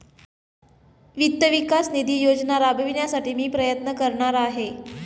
वित्त विकास निधी योजना राबविण्यासाठी मी प्रयत्न करणार आहे